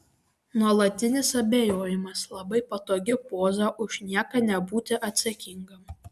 nuolatinis abejojimas labai patogi poza už nieką nebūti atsakingam